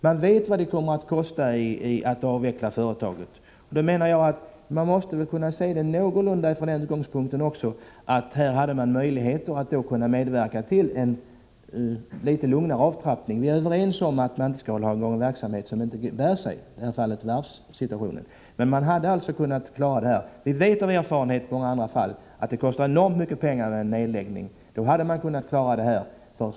Man visste vad det kostade att avveckla varvet, och då menar jag att man borde ha kunnat se frågan från den utgångspunkten att man hade möjligheter att medverka till en något lugnare avtrappning. Vi är överens om att man inte skall hålla i gång verksamhet som inte bär sig —-i det här fallet varvsverksamhet — men man hade kunnat begagna sig av den här möjligheten. Vi vet genom erfarenhet från många andra fall att en nedläggning kostar enormt mycket pengar. Då hade man kunnat lösa en del problem den här vägen.